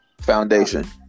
Foundation